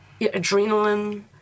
adrenaline